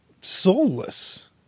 soulless